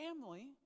family